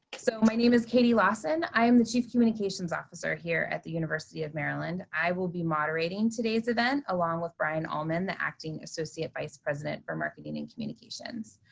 so my name is katie lawson. i am the chief communications officer here at the university of maryland. i will be moderating today's event along with brian ullmann, the acting associate vice president for marketing and communications.